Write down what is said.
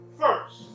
first